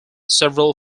several